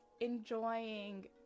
enjoying